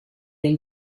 del